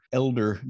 elder